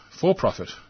for-profit